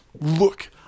Look